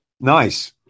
Nice